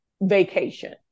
vacation